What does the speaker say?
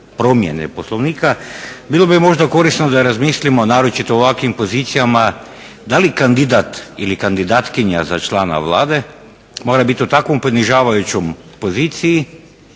promjene Poslovnika, bilo bi možda korisno da razmislimo naročito o ovakvim pozicijama da li kandidat ili kandidatkinja za člana Vlade mora biti u takvoj ponižavajućoj poziciji